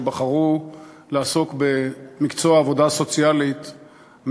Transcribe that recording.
שבחרו לעסוק במקצוע העבודה הסוציאלית,